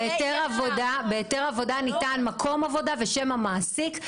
בהיתר עבודה ניתן מקום עבודה ושם המעסיק,